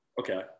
Okay